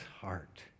heart